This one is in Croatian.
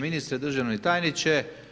Ministre, državni tajniče.